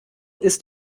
ist